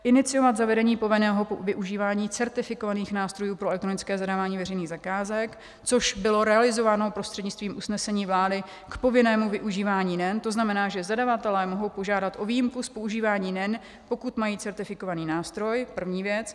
Iniciovat zavedení povinného využívání certifikovaných nástrojů pro elektronické zadávání veřejných zakázek, což bylo realizováno prostřednictvím usnesení vlády k povinnému využívání NEN, to znamená, že zadavatelé mohou požádat o výjimku z používání NEN, pokud mají certifikovaný nástroj první věc.